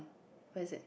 where is it